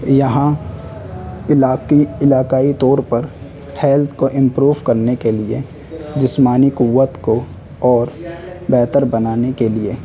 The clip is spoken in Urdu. یہاں علاکی علاقائی طور پر ہیلتھ کو امپروو کرنے کے لیے جسمانی قوت کو اور بہتر بنانے کے لیے